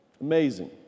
Amazing